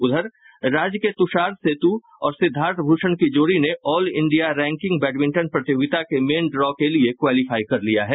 उधर राज्य के तुषार सेतु और सिद्धार्थ भूषण की जोड़ी ने ऑल इंडिया रैंकिंग बैडमिंटन प्रतियोगिता के मेन ड्रा के लिये क्वालिफाई कर लिया है